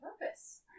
purpose